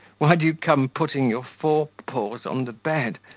why do you come putting your forepaws on the bed,